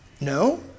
No